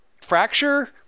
fracture